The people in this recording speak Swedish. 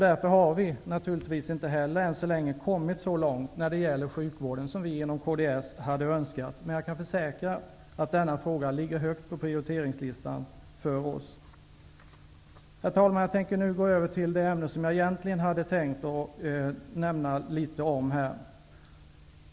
Därför har vi naturligtvis inte heller än så länge kommit så långt när det gäller sjukvården som vi inom kds hade önskat, men jag kan försäkra att denna fråga ligger högt på prioriteringslistan för oss. Herr talman! Jag skall nu gå över till det ämne som jag egentligen hade tänkt nämna litet om.